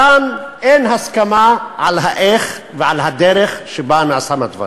כאן אין הסכמה על האיך ועל הדרך שבהם נעשים הדברים,